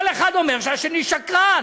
כל אחד אומר שהשני שקרן,